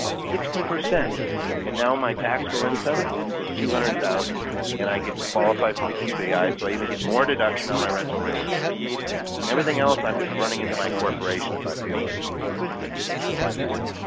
sixty percent and now my taxable income is two hundred thousand and i get to qualify for the qbi so i even get more deduction on my rental real estate and everything else, i'm just running into my corporation if i feel like it. i'll go back to this so you guys can see it.